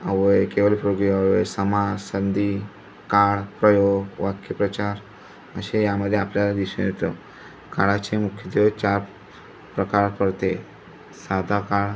अवयय केवलप्रयोगी अव्यय समास संधी काळ प्रयोग वाक्यप्रचार असे यामध्ये आपल्याला दिशून येतो काळाचे मुख्यत्वे चार प्रकार पडते साधा काळ